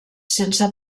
sense